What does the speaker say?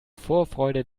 vorfreude